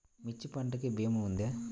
మిర్చి పంటకి భీమా ఉందా?